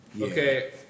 Okay